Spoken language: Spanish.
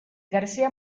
garcía